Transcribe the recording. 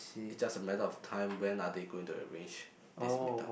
it just a matter of time when are they going to arrange this meet up